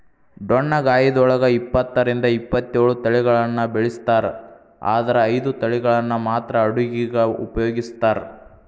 ಡೊಣ್ಣಗಾಯಿದೊಳಗ ಇಪ್ಪತ್ತರಿಂದ ಇಪ್ಪತ್ತೇಳು ತಳಿಗಳನ್ನ ಬೆಳಿಸ್ತಾರ ಆದರ ಐದು ತಳಿಗಳನ್ನ ಮಾತ್ರ ಅಡುಗಿಗ ಉಪಯೋಗಿಸ್ತ್ರಾರ